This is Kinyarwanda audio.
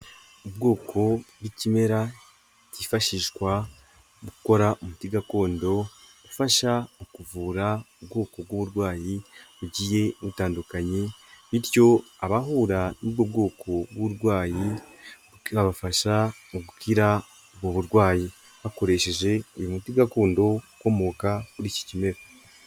Ubwoko bw'ikimera kifashishwa mu gukora umuti gakondo, ufasha mu kuvura ubwoko bw'uburwayi bugiye butandukanye, bityo abahura n'ubwo bwoko bw'uburwayi bukabafasha mu gukira ubwo burwayi, hakoreshejwe uyu muti gakondo ukomoka kuri iki kimera.